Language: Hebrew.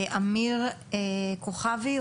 אמיר כוכבי,